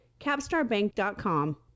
capstarbank.com